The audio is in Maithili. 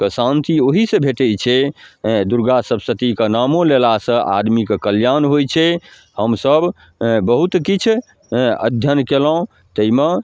के शान्ति ओहिसँ भेटै छै हेँ दुर्गा सप्तशतीके नामो लेलासँ आदमीके कल्याण होइ छै हमसभ बहुत किछु हेँ अध्ययन केलहुँ ताहिमे